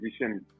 position